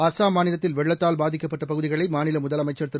அஸ்ஸாம் மாநிலத்தில் வெள்ளத்தால் பாதிக்கப்பட்ட பகுதிகளை மாநில முதலமைச்சர் திரு